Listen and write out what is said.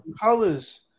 colors